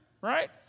right